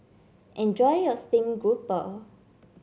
enjoy your Steamed Grouper